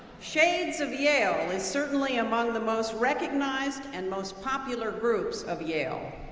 shades of yale is certainly among the most recognized and most popular groups of yale.